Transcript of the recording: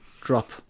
drop